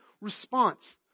response